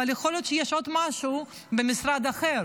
אבל יכול להיות שיש עוד משהו במשרד אחר